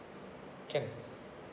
can